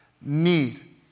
Need